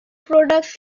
product